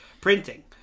printing